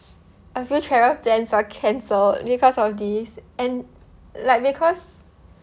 our few travel plans were cancelled because of this and like because